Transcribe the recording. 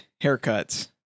haircuts